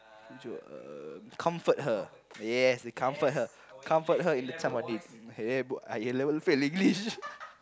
uh comfort her yes he comfort her comfort her in the eh I A-level fail English